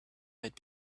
might